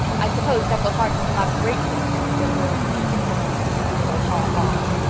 i suppose that will hearten him up greatly said warren mead, with one of his disagreeable haw-haws.